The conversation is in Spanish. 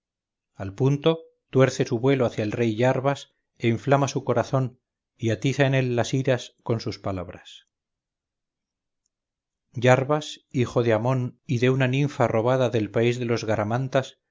al punto tuerce su vuelo hacia el rey iarbas e inflama su corazón y atiza en él las iras con sus palabras iarbas hijo de hamón y de una ninfa robada del país de los